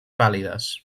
pàl·lides